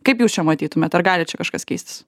kaip jūs čia matytumėt ar gali čia kažkas keistis